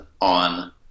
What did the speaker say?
on